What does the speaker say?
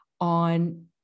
on